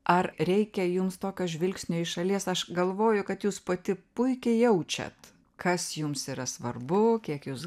ar reikia jums tokio žvilgsnio iš šalies aš galvoju kad jūs pati puikiai jaučiat kas jums yra svarbu kiek jūs